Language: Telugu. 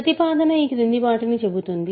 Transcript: ప్రతిపాదన ఈ క్రింది వాటిని చెబుతుంది